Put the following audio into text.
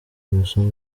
amasomo